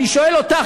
אני שואל אותך,